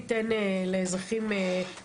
המצוקה היא אדירה והציבור רוצה,